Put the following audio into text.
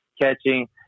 catching